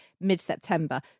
mid-September